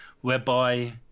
whereby